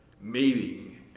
mating